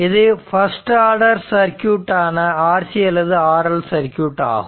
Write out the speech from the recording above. இது first order circuit ஆன RC அல்லது RL சர்க்யூட் ஆகும்